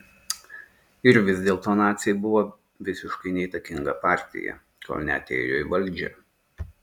ir vis dėlto naciai buvo visiškai neįtakinga partija kol neatėjo į valdžią